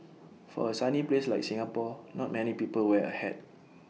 for A sunny place like Singapore not many people wear A hat